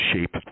shape